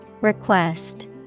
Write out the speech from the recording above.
Request